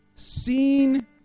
seen